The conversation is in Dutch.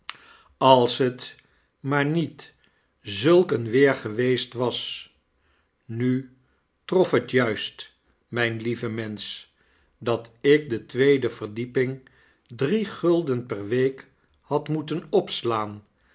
als het maar niet zulk een weer geweest was nu trof het juist myn lieve mensch dat ik de tweede verdieping drie gulden per week had moeten opslaan